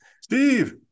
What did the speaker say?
Steve